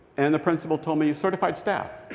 and the principal told me, certified staff.